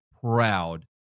proud